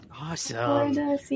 Awesome